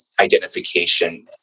identification